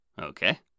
Okay